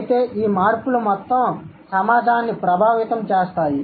అయితే ఈ మార్పులు మొత్తం సమాజాన్ని ప్రభావితం చేస్తాయి